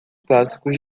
clássicos